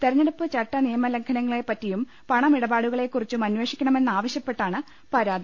ഉത്രഞ്ഞെടുപ്പ് ചട്ട നി യമ ലംഘനങ്ങളെ പറ്റിയും പണിമിടപാടുകളെ കുറിച്ചും അന്വേ ഷിക്കണമെന്ന് ആവശ്യപ്പെട്ടാണ് പരാതി